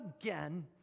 again